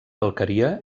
alqueria